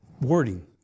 wording